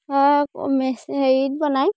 হেৰিত বনায়